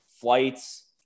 flights